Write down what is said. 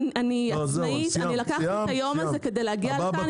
אני לקחתי את היום הזה כדי לבוא לכאן.